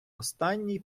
останній